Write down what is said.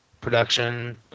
production